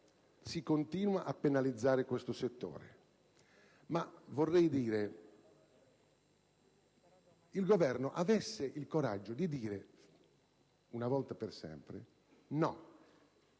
si continua penalizzare questo settore; almeno il Governo avesse il coraggio di dire, una volta per sempre, no